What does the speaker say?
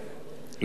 לא, לא.